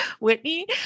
Whitney